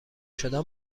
شدن